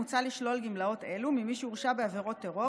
מוצע לשלול גמלאות אלו ממי שהורשע בעבירת טרור